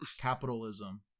capitalism